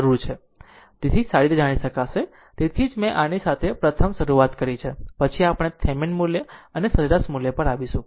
તેથી તેથી જ મેં આની સાથે પ્રથમ શરૂઆત કરી છે પછી આપણે થેમેન મૂલ્ય અને સરેરાશ મૂલ્ય પર આવીશું